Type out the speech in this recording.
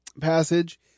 passage